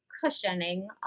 cushioning